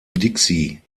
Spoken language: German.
dixie